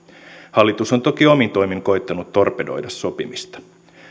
hallitus on toki omin toimin koettanut torpedoida sopimista